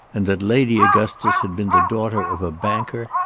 and that lady augustus had been the daughter of a banker,